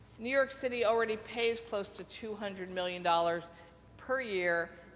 new york city already pays close to two hundred million dollars per year,